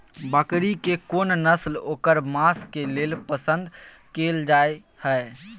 बकरी के कोन नस्ल ओकर मांस के लेल पसंद कैल जाय हय?